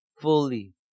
fully